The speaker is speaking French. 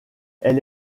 elle